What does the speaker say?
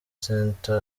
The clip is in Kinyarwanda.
centre